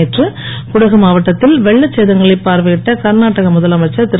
நேற்று குடகு மாவட்டத்தில் வெள்ளச் சேதங்களைப் பார்வையிட்ட கர்நாடக முதலமைச்சர் திரு